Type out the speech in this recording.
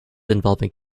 involving